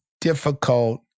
difficult